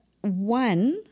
one